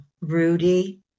Rudy